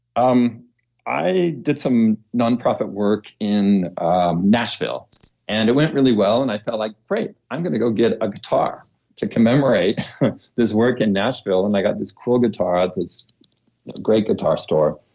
um i did some nonprofit work in nashville and it went really well, and i felt like great, i'm going to go get a guitar to commemorate this work in nashville, and i got this cool guitar at great guitar store,